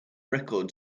record